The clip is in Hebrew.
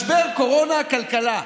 משבר קורונה-כלכלה,